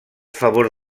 favor